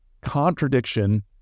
contradiction